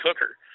cooker